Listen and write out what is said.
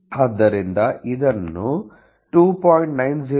ಆದ್ದರಿಂದ ಇದನ್ನು 2